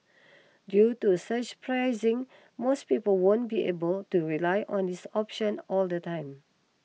due to surge pricing most people won't be able to rely on this option all the time